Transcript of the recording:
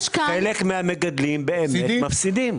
חלק מן המגדלים באמת מפסידים.